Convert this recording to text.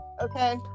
Okay